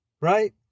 right